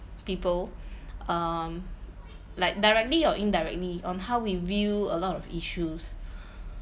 people um like directly or indirectly on how we view a lot of issues